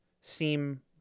seem